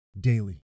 daily